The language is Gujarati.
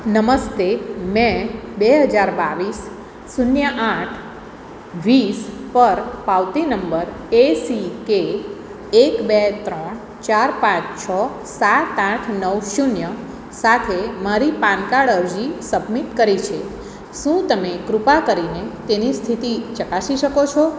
નમસ્તે મેં બે હજાર બાવીસ શૂન્ય આઠ વીસ પર પાવતી નંબર એ સી કે એક બે ત્રણ ચાર પાંચ છ સાત આઠ નવ શૂન્ય સાથે મારી પાનકાડ અરજી સબમિટ કરી છે શું તમે કૃપા કરીને તેની સ્થિતિ ચકાસી શકો છો